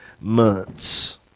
months